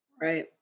right